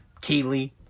Kaylee